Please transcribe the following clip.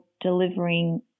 delivering